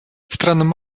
странам